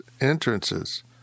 Entrances